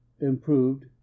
Improved